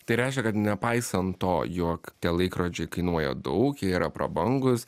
tai reiškia kad nepaisant to jog tie laikrodžiai kainuoja daug jie yra prabangūs